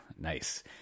Nice